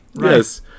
yes